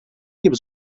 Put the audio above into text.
gibi